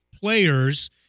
players